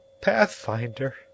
Pathfinder